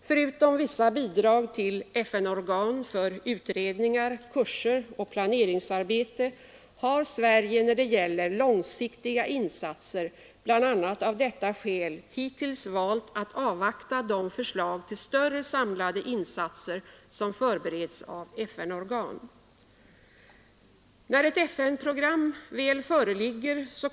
Förutom vissa bidrag till FN-organ för utredningar, kurser och = Internationellt planeringsarbete har Sverige, när det gäller långsiktiga insatser, bl.a. av = Ufvecklingssamarbete detta skäl hittills valt att avvakta de förslag till större samlade insatser som förbereds av FN-organ. När ett FN-program väl föreligger kommer Ang.